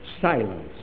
silence